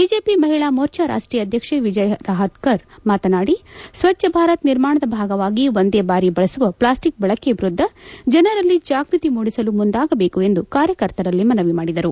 ಚಜೆಪಿ ಮಹಿಳಾ ಮೋರ್ಚಾ ರಾಷ್ಟ್ರೀಯ ಅಧ್ಯಕ್ಷೆ ವಿಜಯ ರಾಹಟ್ಕರ್ ಮಾತನಾಡಿ ಸ್ವಚ್ಛ ಭಾರತ ನಿರ್ಮಾಣದ ಭಾಗವಾಗಿ ಒಂದೇ ಬಾಲಿ ಬಳಸುವ ಪ್ಲಾಲ್ಟಿಕ್ ಬಳಕೆ ವಿರುದ್ಧ ಜನರಲ್ಲ ಜಾಗೃತಿ ಮೂಡಿಸಲು ಮುಂದಾಗಬೇಕು ಎಂದು ಕಾರ್ಯಕರ್ತರಲ್ಲ ಮನವಿ ಮಾಡಿದರು